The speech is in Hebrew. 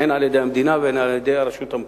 הן על-ידי המדינה והן על-ידי הרשות המקומית.